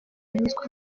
yitwa